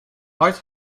hard